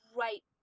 right